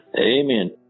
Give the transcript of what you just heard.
Amen